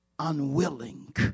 unwilling